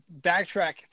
backtrack